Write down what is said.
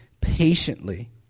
patiently